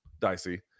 dicey